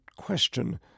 question